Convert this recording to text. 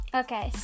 okay